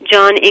John